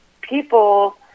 people